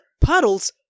Puddles